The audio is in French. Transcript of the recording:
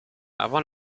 avant